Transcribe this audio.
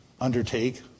undertake